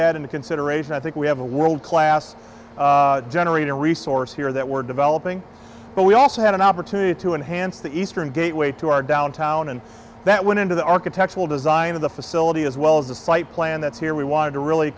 that into consideration i think we have a world class generate a resource here that we're developing but we also had an opportunity to enhance the eastern gateway to our downtown and that went into the architectural design of the facility as well as the site plan that's here we wanted to really